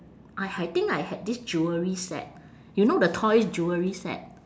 I h~ think I had this jewellery set you know the toys jewellery set